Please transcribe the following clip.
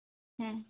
ᱦᱮᱸ